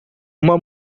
uma